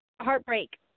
heartbreak